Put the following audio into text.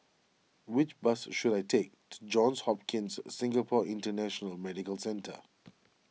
which bus should I take to Johns Hopkins Singapore International Medical Centre